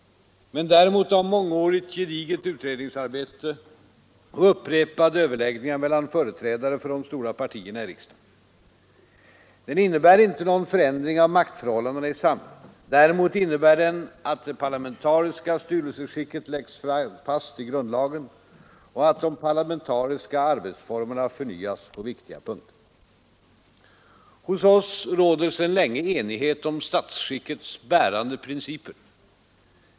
Men däremot av mångårigt, gediget utredningsarbete och upprepade överläggningar mellan företrädare för de stora partierna i riksdagen. Den innebär inte någon förändring av maktförhållandena i samhället. Däremot innebär den att det parlamentariska styrelseskicket läggs fast i grundlagen och att de parlamentariska arbetsformerna förnyas på viktiga punkter. Hos oss råder sedan länge enighet om statsskickets bärande principer.